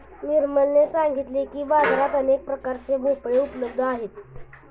निर्मलने सांगितले की, बाजारात अनेक प्रकारचे भोपळे उपलब्ध आहेत